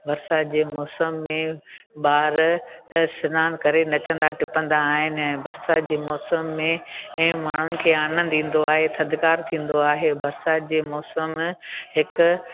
बरसाति जे मौसम में ॿार त सनानु करे नचंदा टिपंदा आहिनि ऐं बरसाति जे मौसम में ऐं माण्हुनि खे आनंदु ईंदो आहे थधिकार थींदो आहे बरसाति जे मौसम में हिकु